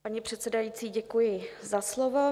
Paní předsedající, děkuji za slovo.